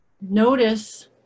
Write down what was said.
Notice